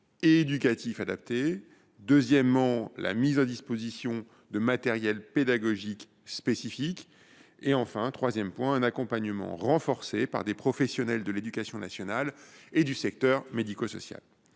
éducatifs adaptés ; deuxièmement, la mise à disposition de matériel pédagogique spécifique ; troisièmement, un accompagnement renforcé par des professionnels de l’éducation nationale et du secteur médico social.